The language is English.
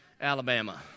Alabama